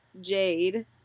Jade